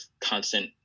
constant